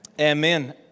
Amen